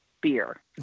beer